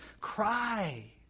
cry